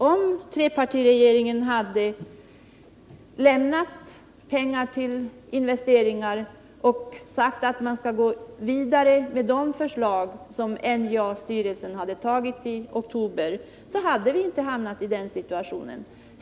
Om trepartiregeringen hade lämnat pengar till investeringar och sagt att man skulle gå vidare med de förslag som NJA-styrelsen hade tagit i oktober, så hade vi inte hamnat i den situationen.